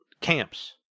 camps